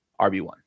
RB1